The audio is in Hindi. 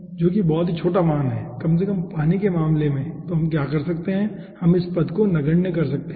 जो कि बहुत ही छोटा मान है कम से कम पानी के मामले में तो हम क्या कर सकते हैं हम इस पद को नगण्य कर सकते हैं